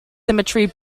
symmetry